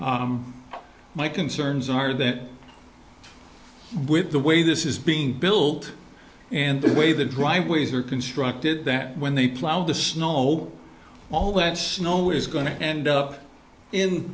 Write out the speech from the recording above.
my concerns are that with the way this is being built and the way the driveways are constructed that when they plow the snow all that snow is going to end up in